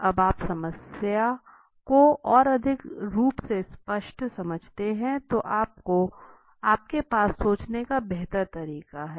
जब आप समस्या को और अधिक स्पष्ट रूप से समझते हैं तो आपके पास सोचने का बेहतर तरीका है